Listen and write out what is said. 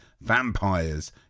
vampires